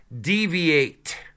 deviate